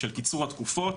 של קיצור התקופות,